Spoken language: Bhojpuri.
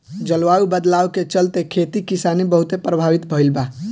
जलवायु बदलाव के चलते, खेती किसानी बहुते प्रभावित भईल बा